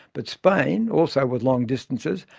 but spain, also with long distances,